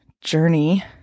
journey